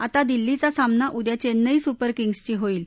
आता दिल्लीचा सामना उद्या चेन्नई सुपर किंग्जशी होईल